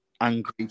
Angry